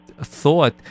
thought